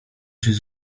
czymś